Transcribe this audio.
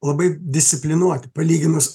labai disciplinuoti palyginus